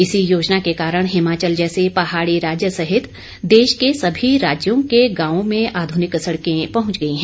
इसी योजना के कारण हिमाचल जैसे पहाड़ी राज्य सहित देश के सभी राज्यों के गांवों में आध्निक सड़के पहंच गई है